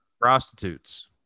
prostitutes